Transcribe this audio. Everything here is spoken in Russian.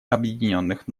объединенных